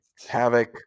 Havoc